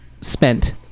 spent